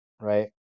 right